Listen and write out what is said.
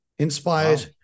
inspired